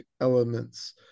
elements